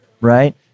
right